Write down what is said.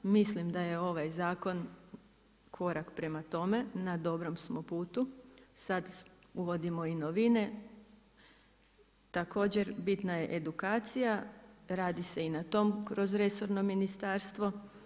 Mislim da je ovaj zakon korak prema tome, na dobrom smo putu, sada uvodimo novine, također bitna je i edukacija radi se i na tom kroz resorno ministarstvo.